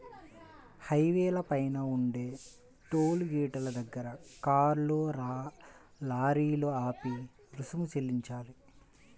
హైవేల పైన ఉండే టోలు గేటుల దగ్గర కార్లు, లారీలు ఆపి రుసుము చెల్లించాలి